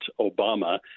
Obama